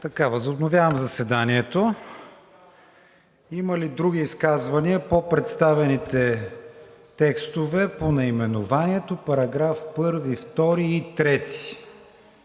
Възобновявам заседанието. Има ли други изказвания по представените текстове – по наименованието, параграфи 1, 2 и 3?